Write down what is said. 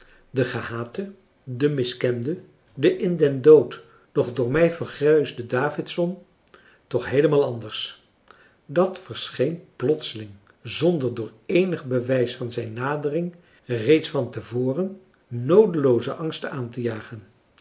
de gehate de miskende de in den dood nog door mij verguisde davidson toch heelemaal anders dat verscheen plotseling zonder door eenig bewijs van zijn nadering reeds van te voren noodelooze angsten aan te jagen